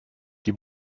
die